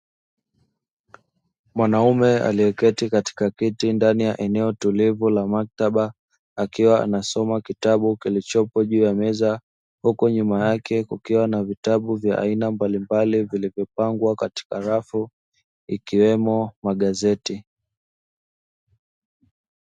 Mwanaume aliyeketi katika kiti ndani ya eneo tulivu la maktaba, akiwa anasoma kitabu kilichopo juu ya meza, huku nyuma yake kukiwa na vitabu vya aina mbalimbali vilipangwa katika rafu, ikiwemo magazeti.